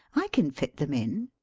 i can fit them in.